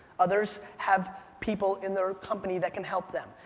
others have people in their company that can help them.